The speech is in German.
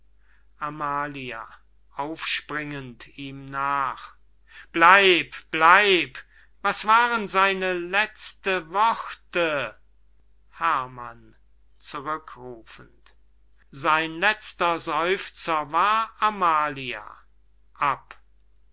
nach bleib bleib was waren seine letzten worte herrmann zurückrufend sein letzter seufzer war amalia